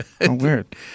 Weird